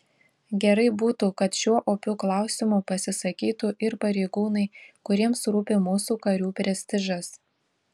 gerai būtų kad šiuo opiu klausimu pasisakytų ir pareigūnai kuriems rūpi mūsų karių prestižas